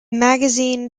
magazine